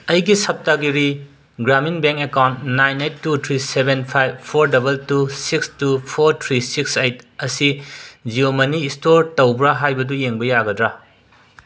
ꯑꯩꯒꯤ Saptagiri Grameen bank account nine eight two three seven five four double two six two four three six eight ꯑꯁꯤ Jio ꯃꯅꯤ ꯏꯁꯇꯣꯔ ꯇꯧꯕ꯭ꯔꯥ ꯍꯥꯏꯕꯗꯨ ꯌꯦꯡꯕ ꯌꯥꯒꯗ꯭ꯔꯥ